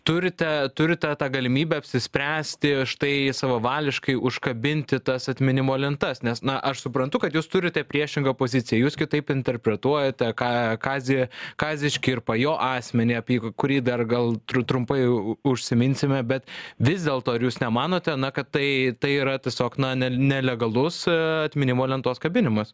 turite turite tą galimybę apsispręsti štai savavališkai užkabinti tas atminimo lentas nes na aš suprantu kad jūs turite priešingą poziciją jūs kitaip interpretuojate ką kazį kazį škirpą jo asmenį apie kurį dar gal tru trumpai užsiminsime bet vis dėlto ar jūs nemanote na kad tai tai yra tiesiog na ne nelegalus atminimo lentos kabinimas